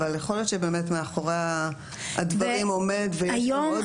אבל יכול להיות שבאמת מאחורי הדברים עומד ויש עוד כוונות.